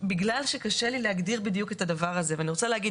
בגלל שקשה לי להגדיר בדיוק את הדבר הזה אני רוצה להגיד